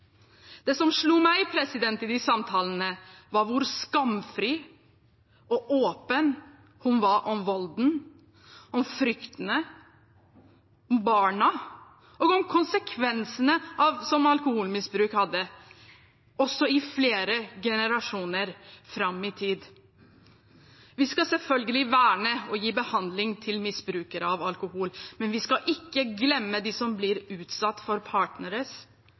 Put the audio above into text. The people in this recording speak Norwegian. Det som slo meg i de samtalene, var hvor skamfri og åpen hun var om volden, om frykten, om barna og om konsekvensene som alkoholmisbruk hadde, også flere generasjoner fram i tid. Vi skal selvfølgelig verne og gi behandling til misbrukere av alkohol, men vi skal ikke glemme dem som blir utsatt for partneres